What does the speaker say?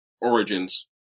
origins